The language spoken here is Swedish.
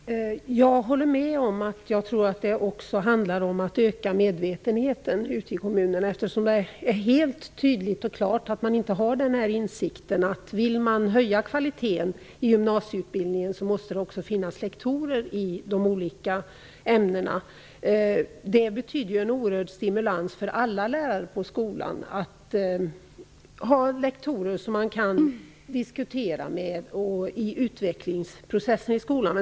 Herr talman! Jag håller med om att det nog också handlar om att öka medvetenheten ute i kommunerna. Det är tydligt och klart att man där inte har insikten att om man vill höja kvaliteten i gymnasieutbildningen måste det också finnas lektorer i de olika ämnena. Det innebär en oerhörd stimulans för alla lärare på skolan att det finns lektorer som man kan diskutera med när det gäller utvecklingsprocessen i skolan.